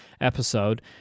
episode